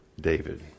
David